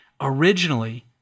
originally